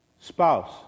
spouse